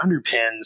underpins